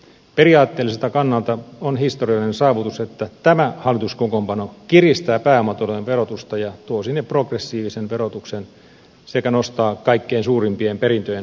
periaatteelliselta kannalta on historiallinen saavutus että tämä hallituskokoonpano kiristää pääomatulojen verotusta ja tuo sinne progressiivisen verotuksen sekä nostaa kaikkein suurimpien perintöjen verotusta